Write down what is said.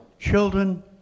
Children